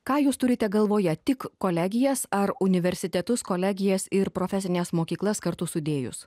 ką jūs turite galvoje tik kolegijas ar universitetus kolegijas ir profesines mokyklas kartu sudėjus